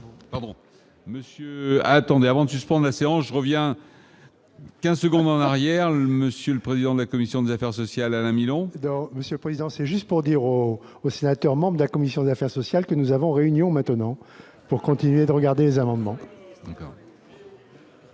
monsieur, attendez avant de suspendre l'ASEAN je reviens. 15 secondes en arrière, le monsieur le président de la commission des affaires sociales, Alain Milon. Donc Monsieur Président, c'est juste pour dire au au sénateur, membre de la commission d'affaires sociales que nous avons réunion maintenant pour continuer de regarder les amendements.